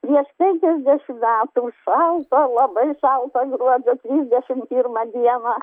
prieš penkiasdešim metų šaltą labai šaltą gruodžio trisdešim pirmą dieną